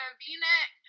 v-neck